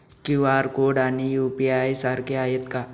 QR code आणि UPI सारखे आहेत का?